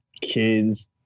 kids